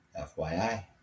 FYI